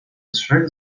trzech